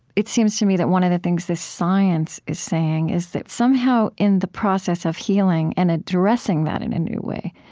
it seems to me that one of the things this science is saying is that somehow, in the process of healing and addressing that in a new way,